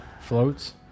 Floats